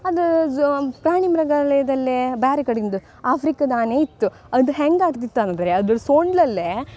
ಅದು ಝೂ ಪ್ರಾಣಿ ಮೃಗಾಲಯದಲ್ಲೇ ಬ್ಯಾರೆ ಕಡಿಂದು ಆಫ್ರಿಕದ ಆನೆ ಇತ್ತು ಅದು ಹೆಂಗೆ ಆಡ್ತಿತ್ತು ಅಂದರೆ ಅದ್ರ ಸೊಂಡಿಲಲ್ಲೇ